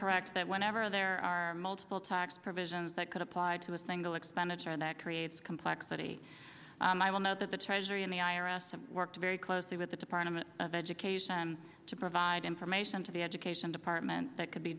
correct that whenever there are multiple tax provisions that could apply to a single expenditure that creates complexity i will note that the treasury and the i r s have worked very closely with the department of education to provide information to the education department that could be